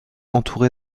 entouré